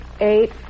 Eight